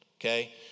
okay